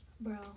bro